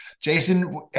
Jason